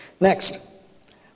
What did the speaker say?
Next